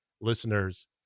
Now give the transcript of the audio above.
listeners